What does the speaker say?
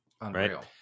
Unreal